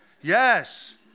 Yes